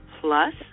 Plus